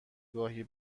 گاهی